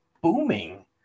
booming